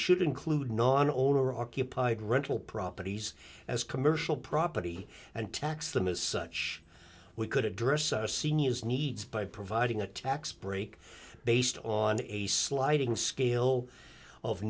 should include non owner occupied rental properties as commercial property and tax them as such we could address seniors needs by providing a tax break based on a sliding scale of